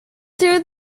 through